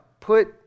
put